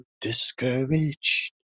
discouraged